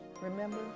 remember